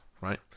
right